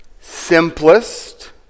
simplest